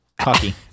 cocky